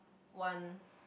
want